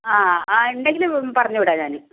ആ ആ ഉണ്ടെങ്കിൽ പറഞ്ഞുവിടാം ഞാൻ